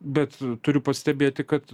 bet turiu pastebėti kad